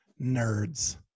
nerds